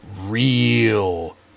real